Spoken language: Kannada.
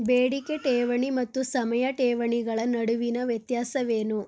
ಬೇಡಿಕೆ ಠೇವಣಿ ಮತ್ತು ಸಮಯ ಠೇವಣಿಗಳ ನಡುವಿನ ವ್ಯತ್ಯಾಸವೇನು?